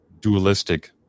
dualistic